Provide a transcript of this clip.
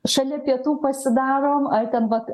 šalia pietų pasidarom ar ten pat